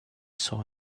saw